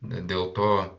dėl to